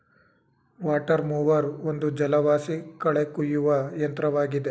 water mower ಒಂದು ಜಲವಾಸಿ ಕಳೆ ಕುಯ್ಯುವ ಯಂತ್ರವಾಗಿದೆ